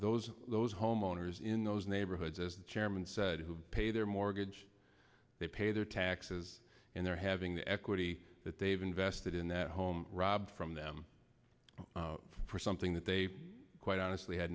those those homeowners in those neighborhoods as the chairman said who pay their mortgage they pay their taxes and they're having the equity that they've invested in that home robbed from them for something that they quite honestly had